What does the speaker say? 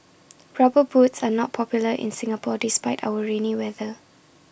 rubber boots are not popular in Singapore despite our rainy weather